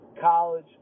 college